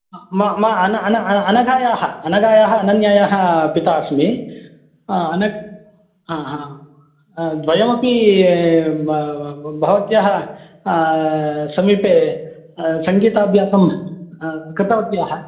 अनघायाः अनघायाः अनन्यायाः पिता अस्मि अनग् द्वयमपि ब भवत्याः समीपे सङ्गीताभ्यासं कृतवत्याः